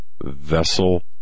Vessel